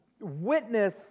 witness